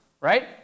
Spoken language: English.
right